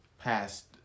past